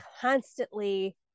constantly